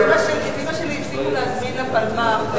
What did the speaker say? את אמא שלי הפסיקו להזמין לפלמ"ח,